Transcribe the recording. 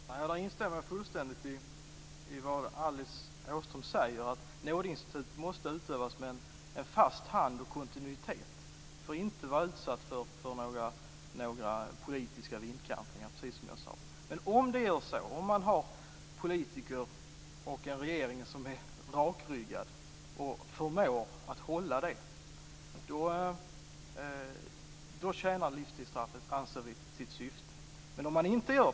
Fru talman! Jag instämmer fullständigt i det som Alice Åström säger om att nådeinstitutet måste utövas med en fast hand och med kontinuitet. Det får, precis som jag sade, inte vara utsatt för några politiska vindkantringar. Men om politiker och regering förmår upprätthålla en rakryggad inställning, anser vi att livstidsstraffet tjänar sitt syfte.